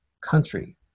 country